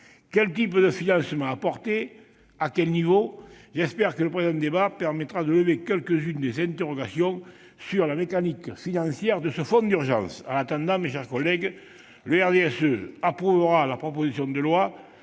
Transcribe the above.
Quel type de financement apporter et à quel niveau ? J'espère que le présent débat permettra de lever quelques-unes des interrogations sur la mécanique financière de ce fonds d'urgence. En attendant, mes chers collègues, le RDSE approuvera la proposition de loi,